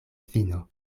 fino